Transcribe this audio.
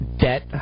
Debt